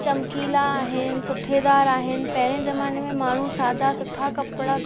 चमकीला आहिनि सुठेदार आहिनि पहिररिएं ज़माने में माण्हू सादा सुठा कपड़ा